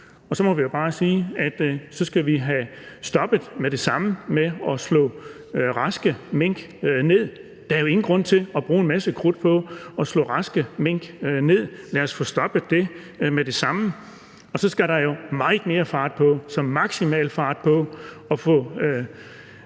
Så må vi jo bare sige, at så skal vi med det samme have stoppet det med at slå raske mink ned. Der er jo ingen grund til at bruge en masse krudt på at slå raske mink ned, lad os få stoppet det med det samme. Og så skal der jo meget mere fart på, som i maksimal fart på, med